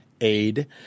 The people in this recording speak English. Aid